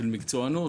של מקצוענות?